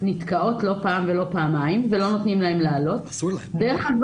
נתקעים לא פעם ולא פעמיים ולא נותנים להם להגיע עד להלוויות.